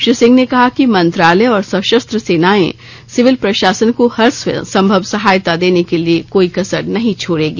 श्री सिंह ने कहा कि मंत्रालय और सशस्त्र सेनाएं सिविल प्रशासन को हर संभव सहायता देने में कोई कसर नहीं छोड़ेंगी